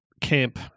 Camp